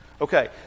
Okay